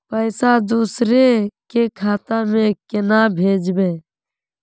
पैसा दूसरे के खाता में केना भेजबे?